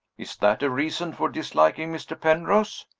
is that a reason for disliking mr. penrose?